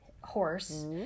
horse